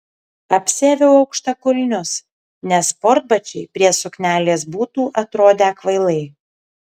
apsiaviau aukštakulnius nes sportbačiai prie suknelės būtų atrodę kvailai